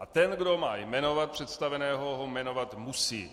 A ten, kdo má jmenovat představeného, ho jmenovat musí.